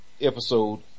episode